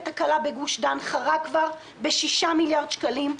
הקלה בגוש דן חרג כבר ב-6 מיליארד שקלים,